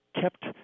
kept